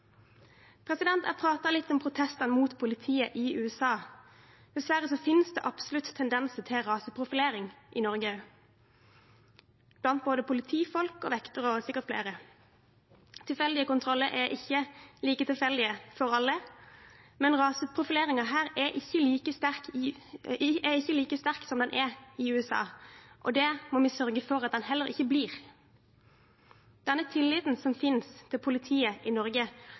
Jeg snakket litt om protester mot politiet i USA. Dessverre finnes det absolutt tendenser til raseprofilering i Norge, blant både politifolk, vektere og sikkert flere. Tilfeldige kontroller er ikke like tilfeldige for alle, men raseprofileringen her er ikke like sterk som den er i USA, og det må vi sørge for at den heller ikke blir. Denne tilliten som finnes til politiet i Norge,